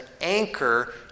anchor